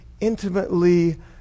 intimately